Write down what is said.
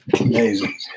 Amazing